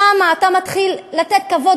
שם אתה מתחיל לתת כבוד